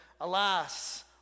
Alas